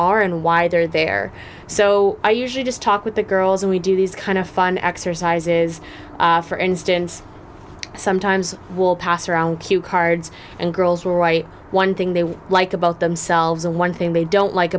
are and why they're there so i usually just talk with the girls and we do these kind of fun exercises for instance sometimes will pass around cue cards and girls will write one thing they like about themselves and one thing they don't like